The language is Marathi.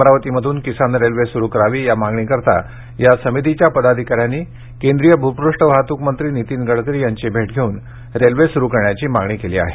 अमरावतीमधून किसान रेल्वे सुरू करावी या मागणीसाठी या समितीच्या पदाधिकाऱ्यांनी केंद्रीय भूपृष्ठ वाहतूक मंत्री नितिन गडकरी यांची भेट घेऊन रेल्वे सूरू करण्याची मागणी केली आहे